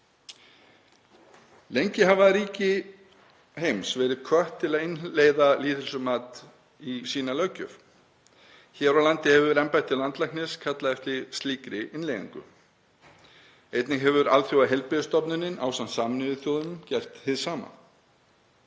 Lengi hafa ríki heims verði hvött til að innleiða lýðheilsumat í sína löggjöf. Hér á landi hefur embætti landlæknis kallað eftir slíkri innleiðingu. Einnig hefur Alþjóðaheilbrigðismálastofnunin ásamt Sameinuðu þjóðunum gert hið sama.